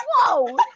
whoa